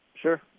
Sure